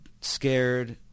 scared